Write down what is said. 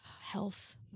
Health